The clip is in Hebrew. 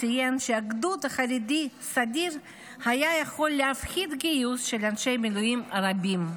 ציין שגדוד חרדי סדיר היה יכול להפחית גיוס של אנשי מילואים רבים.